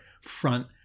front